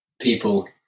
people